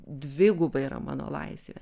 dviguba yra mano laisvė